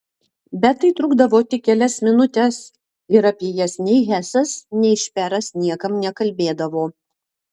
bet tai trukdavo tik kelias minutes ir apie jas nei hesas nei šperas niekam nekalbėdavo